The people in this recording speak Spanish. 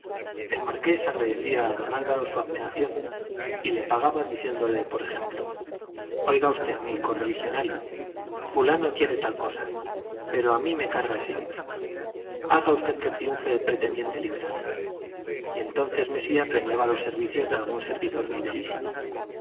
el marqués agradecía a don álvaro su abnegación y le pagaba diciéndole por ejemplo oiga usted mi correligionario fulano quiere tal cosa pero a mí me carga ese hombre haga usted que triunfe el pretendiente liberal y entonces mesía premiaba los servicios de algún servidor fidelísimo